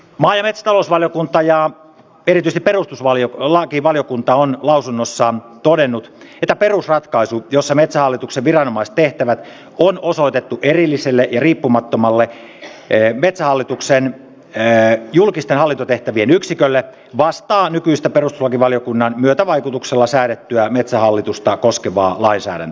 maa ja metsätalousvaliokunta ja erityisesti perustuslakivaliokunta lausunnossaan ovat todenneet että perusratkaisu jossa metsähallituksen viranomaistehtävät on osoitettu erilliselle ja riippumattomalle metsähallituksen julkisten hallintotehtävien yksikölle vastaa nykyistä perustuslakivaliokunnan myötävaikutuksella säädettyä metsähallitusta koskevaa lainsäädäntöä